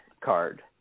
Card